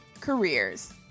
careers